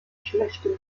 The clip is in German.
schlechten